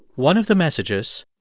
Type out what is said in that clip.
one of the messages.